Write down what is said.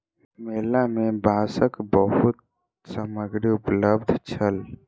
मेला में बांसक बहुत सामग्री उपलब्ध छल